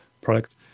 product